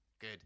Good